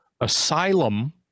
Asylum